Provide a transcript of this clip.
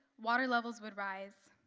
water levels would rise,